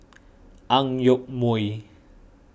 Ang Yoke Mooi